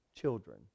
children